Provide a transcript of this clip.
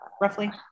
roughly